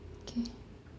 okay